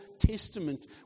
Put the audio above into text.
Testament